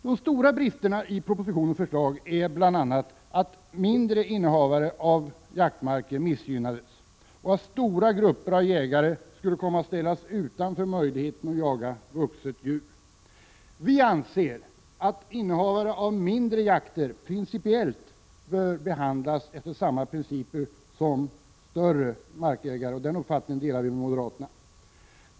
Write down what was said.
De stora bristerna i propositionens förslag är bl.a. att innehavare av mindre jaktmarker missgynnas och att stora grupper jägare skulle komma att ställas utanför möjligheten att jaga vuxet djur. Vi anser att innehavare av mindre jaktmarker bör. behandlas efter i stort sett samma principer som innehavare av större marker, en uppfattning som vi delar med moderaterna.